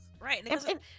Right